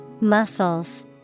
Muscles